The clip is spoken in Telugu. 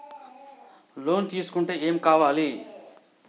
లోన్ తీసుకుంటే ఏం కావాలి?